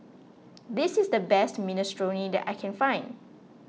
this is the best Minestrone that I can find